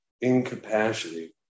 incapacity